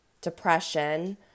depression